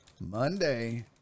Monday